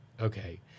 okay